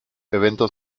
eventos